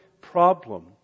problem